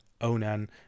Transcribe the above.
Onan